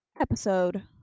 episode